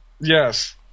yes